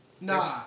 Nah